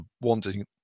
wanting